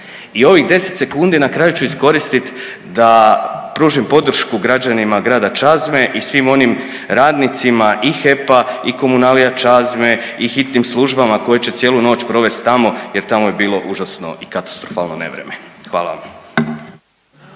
I ovih 10 sekundi na kraju ću iskoristiti da pružim podršku građanima grada Čazme i svim onim radnicima i HEP-a i komunalija Čazme i hitnim službama koje će cijelu noć provest tamo jer tamo je bilo užasno i katastrofalno nevreme. Hvala vam.